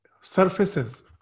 surfaces